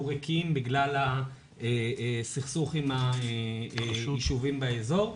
ריקים בגלל הסכסוך עם היישובים באזור.